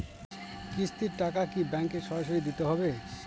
কিস্তির টাকা কি ব্যাঙ্কে সরাসরি দিতে হবে?